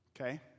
Okay